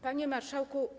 Panie Marszałku!